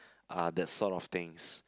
ah that sort of things